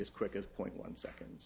as quick as point one seconds